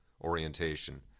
orientation